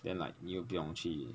then like 你又不用去